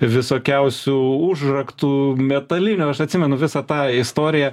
visokiausių užraktų metalinių aš atsimenu visą tą istoriją